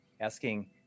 asking